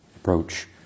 approach